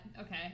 okay